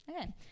Okay